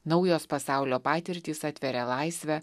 naujos pasaulio patirtys atveria laisvę